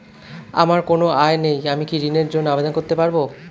আমার কোনো আয় নেই আমি কি ঋণের জন্য আবেদন করতে পারব?